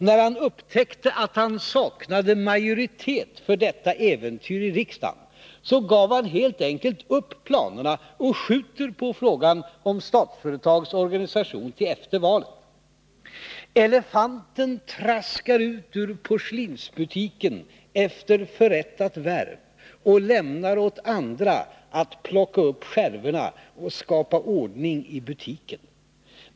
När han upptäckte att han saknade majoritet för detta äventyr i riksdagen, gav han helt enkelt upp planerna och skjuter på frågan om Statsföretags organisation till efter valet. Elefanten traskar ut ur porslinsbutiken efter förrättat värv och lämnar åt andra att plocka upp skärvorna och skapa ordning i butiken.